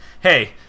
hey